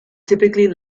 typically